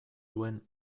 duen